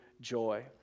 joy